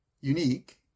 unique